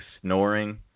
snoring